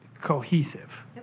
cohesive